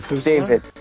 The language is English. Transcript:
David